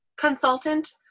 consultant